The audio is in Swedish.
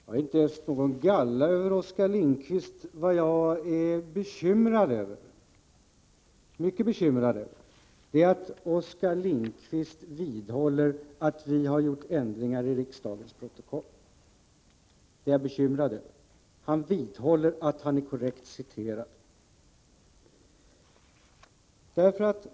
Herr talman! Jag har inte öst galla över Oskar Lindkvist. Vad jag är mycket bekymrad över är att Oskar Lindkvist vidhåller att vi har gjort ändringar i riksdagens protokoll. Han bekräftar att han är korrekt citerad.